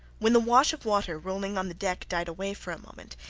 when the wash of water rolling on the deck died away for a moment,